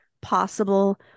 possible